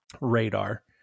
radar